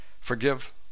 Forgive